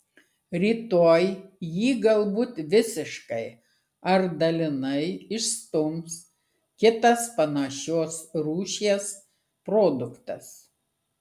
rytoj jį galbūt visiškai ar dalinai išstums kitas panašios rūšies produktas